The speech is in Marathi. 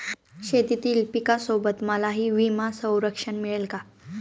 शेतीतील पिकासोबत मलाही विमा संरक्षण मिळेल का?